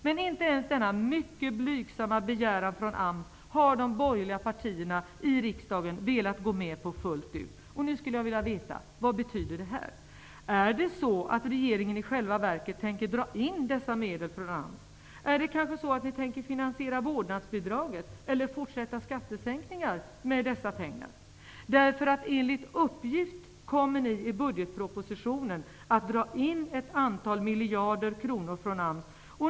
Men inte ens denna mycket blygsamma begäran från AMS har de borgerliga partierna i riksdagen velat gå med på fullt ut. Nu skulle jag vilja veta: Vad betyder det här? Tänker regeringen i själva verket dra in dessa medel från AMS? Tänker ni kanske finansiera vårdnadsbidraget eller fortsatta skattesänkningar med dessa pengar? Enligt uppgift kommer ni i budgetpropositionen att dra in ett antal miljarder kronor från AMS.